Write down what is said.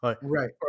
Right